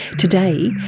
today,